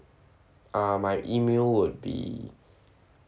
ah my email would be